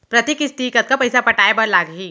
प्रति किस्ती कतका पइसा पटाये बर लागही?